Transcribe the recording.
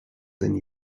than